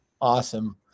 awesome